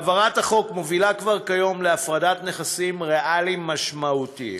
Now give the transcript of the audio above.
העברת החוק מובילה כבר כיום להפרדת נכסים ריאליים משמעותיים.